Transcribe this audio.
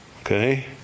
Okay